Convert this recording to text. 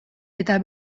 eta